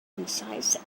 concise